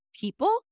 people